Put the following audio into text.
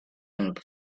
and